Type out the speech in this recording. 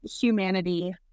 humanity